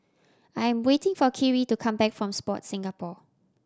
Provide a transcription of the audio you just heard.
I am waiting for Kyrie to come back from Sport Singapore